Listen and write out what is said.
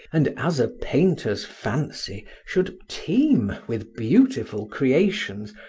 and as a painter's fancy should teem with beautiful creations,